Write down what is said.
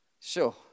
sure